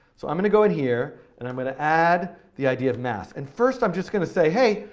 so i'm going to go in here, and i'm going to add the idea of mass. and first i'm just going to say, hey,